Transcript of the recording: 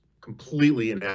completely